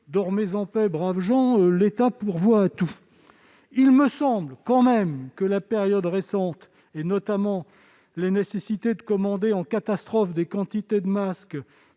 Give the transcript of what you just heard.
Dormez en paix, braves gens, l'État pourvoit à tout !» Il me semble quand même que la période récente, notamment la nécessité de commander en catastrophe des quantités de masques